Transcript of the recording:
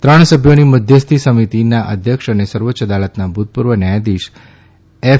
ત્રણ સભ્યોની મધ્યસ્થી સમિતિના અધ્યક્ષ અને સર્વોચ્ય અદાલતના ભૂતપૂર્વ ન્યાયાધીશ એફ